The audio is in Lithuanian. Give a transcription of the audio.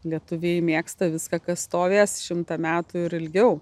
lietuviai mėgsta viską kas stovės šimtą metų ir ilgiau